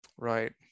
Right